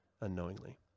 unknowingly